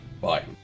Bye